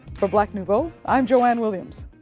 for black nouveau i'm joanne williams.